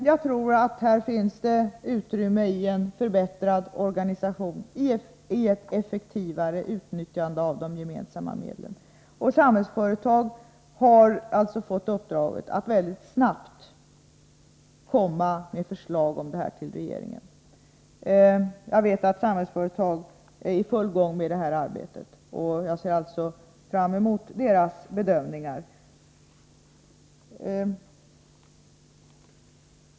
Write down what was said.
Jag tror att det finns utrymme i en förbättrad organisation, i ett effektivare utnyttjande av de gemensamma medlen. Samhällsföretag har alltså fått uppdraget att mycket snabbt komma med förslag om detta till regeringen. Jag vet att Samhällsföretag är i full gång med detta arbete, och jag ser fram mot dess bedömningar.